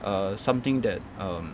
err something that um